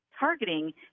Targeting